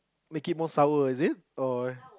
make it more sour is it or